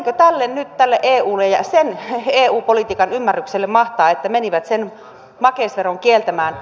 senkö tälle eulle ja eu politiikan ymmärrykselle mahtaa että menivät sen makeisveron kieltämään